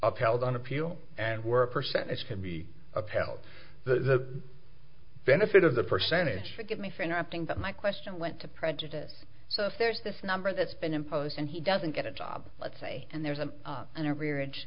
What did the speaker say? upheld on appeal and were a percentage to be upheld the benefit of the percentage forgive me for interrupting but my question went to prejudice so if there's this number that's been imposed and he doesn't get a job let's say and there's an average